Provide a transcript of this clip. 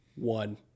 one